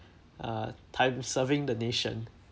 uh time serving the nation